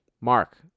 Mark